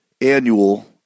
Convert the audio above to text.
annual